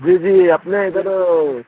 جی جی اپنے ادھر